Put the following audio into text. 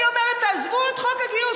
אני אומרת: תעזבו את חוק הגיוס.